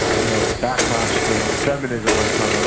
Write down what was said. you know, backlash to feminism on some,